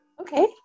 Okay